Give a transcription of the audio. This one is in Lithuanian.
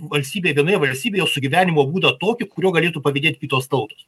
valstybėj vienoje valstybėje sugyvenimo būdą tokį kuriuo galėtų pavydėt kitos tautos